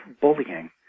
bullying